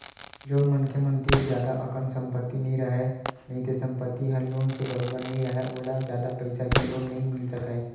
जउन मनखे मन तीर जादा अकन संपत्ति नइ राहय नइते संपत्ति ह लोन के बरोबर नइ राहय ओला जादा पइसा के लोन नइ मिल सकय